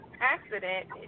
accident